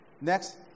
Next